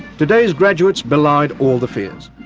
today's graduates belied all the fears.